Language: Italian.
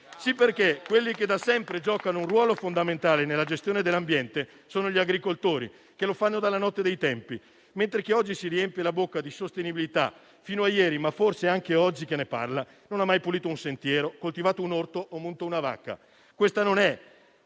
Sì, perché quelli che da sempre giocano un ruolo fondamentale nella gestione dell'ambiente sono gli agricoltori, che lo fanno dalla notte dei tempi, mentre chi oggi si riempie la bocca di sostenibilità fino a ieri, ma forse anche oggi che ne parla, non ha mai pulito un sentiero, coltivato un orto o munto una vacca.